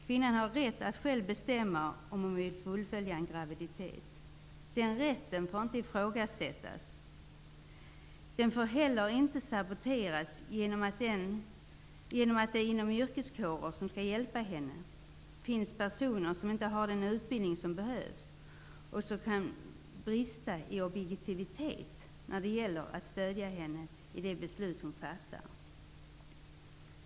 Kvinnan har rätt att själv bestämma om hon vill fullfölja en graviditet. Den rätten får inte ifrågasättas. Den får heller inte saboteras genom att det inom yrkeskårer som skall hjälpa henne finns personer som inte har den utbildning som behövs, och som kan brista i objektivitet när det gäller att stödja henne i det beslut hon fattar.